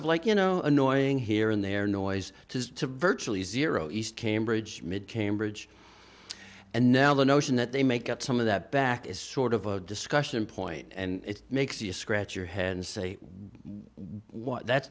of like you know annoying here in their noise to to virtually zero east cambridge cambridge and now the notion that they make up some of that back is sort of a discussion point and it makes you scratch your head and say what